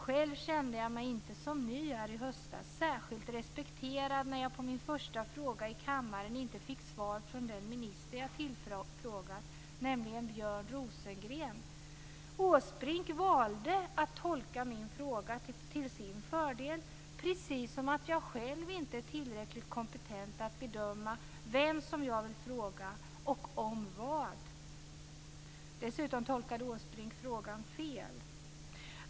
Själv kände jag mig som ny här i höstas inte särskilt respekterad när jag på min första fråga i kammaren inte fick svar från den minister som jag tillfrågat, nämligen Björn Rosengren. Åsbrink valde att tolka min fråga till sin fördel, precis som att jag själv inte är tillräckligt kompetent att bedöma vem jag vill fråga och om vad. Dessutom tolkade Åsbrink frågan fel.